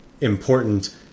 important